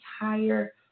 entire